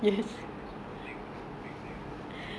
dia orang dia orang suka flex dia orang punya bag bag kan